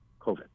COVID